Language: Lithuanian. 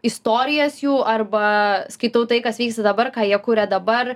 istorijas jų arba skaitau tai kas vyksta dabar ką jie kuria dabar